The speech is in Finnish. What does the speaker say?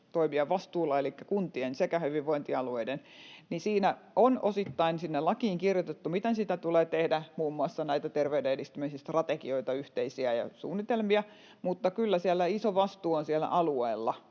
toimijan vastuulla, elikkä kuntien sekä hyvinvointialueiden, ja osittain sinne lakiin on kirjoitettu, miten sitä tulee tehdä, muun muassa yhteisiä terveyden edistämisen strategioita ja suunnitelmia, mutta kyllä iso vastuu on siellä alueella,